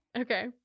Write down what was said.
Okay